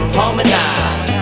harmonize